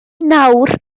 nawr